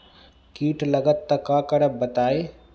कीट लगत त क करब बताई?